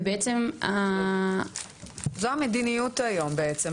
ובעצם --- זו המדיניות היום בעצם.